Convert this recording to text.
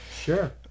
Sure